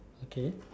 okay